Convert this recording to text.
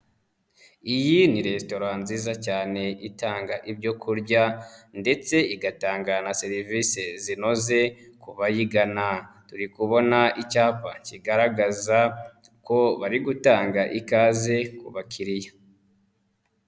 Iyi ni resitora nziza cyane, itanga ibyo kurya, ndetse igatanga na serivisi zinoze ku bayigana, turi kubona icyapa kigaragaza ko bari gutanga ikaze ku bakiliya.